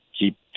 keep